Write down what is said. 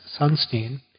Sunstein